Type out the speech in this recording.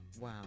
Wow